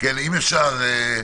אם אפשר,